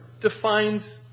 defines